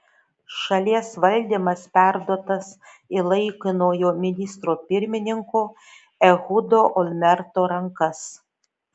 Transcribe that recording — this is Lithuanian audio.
šalies valdymas perduotas į laikinojo ministro pirmininko ehudo olmerto rankas